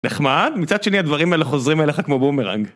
נחמד, מצד שני הדברים האלה חוזרים אליך כמו בומרנג